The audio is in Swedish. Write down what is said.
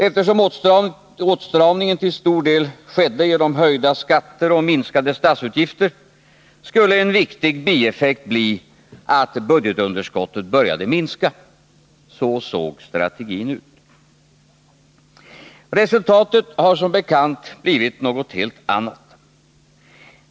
Eftersom åtstramningen till stor del skedde genom höjda skatter och minskade statsutgifter skulle en viktig bieffekt bli att budgetunderskottet började minska. Så såg strategin ut. Resultatet har som bekant blivit något helt annat.